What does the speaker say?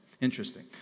Interesting